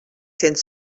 cents